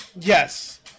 Yes